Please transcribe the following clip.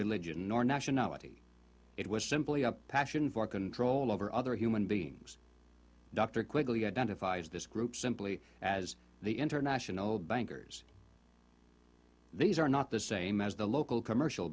religion or nationality it was simply a passion for control over other human beings dr quickly identifies this group simply as the international bankers these are not the same as the local commercial